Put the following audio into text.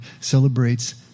celebrates